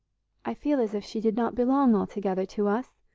i feel as if she did not belong altogether to us,